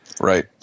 Right